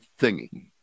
thingy